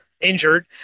injured